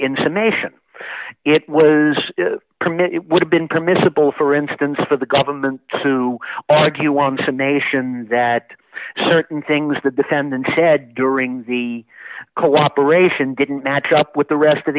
information it was commit would have been permissible for instance for the government to argue wants a nation that certain things the defendant said during the cooperation didn't match up with the rest of